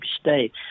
State